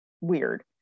weird